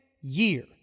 year